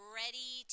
ready